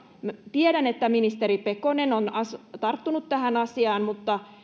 tiedän että ministeri pekonen on tarttunut tähän asiaan mutta